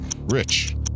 Rich